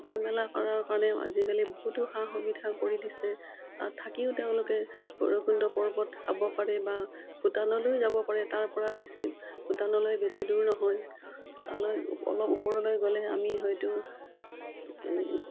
থকা মেলা কৰাৰ কাৰণেও আজিকালি বহুতো সা সুবিধা কৰি দিছে তাত থাকিও তেওঁলোকে ভৈৰৱকুণ্ড পৰ্বত চাব পাৰে বা ভূটানলৈও যাব পাৰে তাৰপৰা বেছি ভূটানলৈ বেছি দূৰ নহয় তালৈ অলপ ওপৰলৈ গ'লে আমি হয়তো